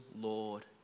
Lord